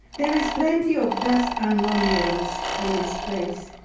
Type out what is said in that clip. there is plenty of dust and no mirrors in this place.